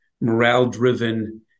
morale-driven